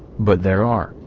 but there are,